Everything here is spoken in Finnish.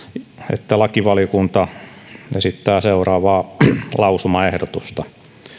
että lakivaliokunta esittää seuraavaa lausumaehdotusta